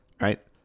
Right